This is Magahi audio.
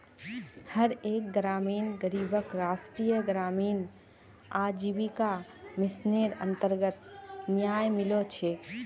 हर एक ग्रामीण गरीबक राष्ट्रीय ग्रामीण आजीविका मिशनेर अन्तर्गत न्याय मिलो छेक